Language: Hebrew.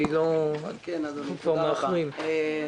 תודה רבה.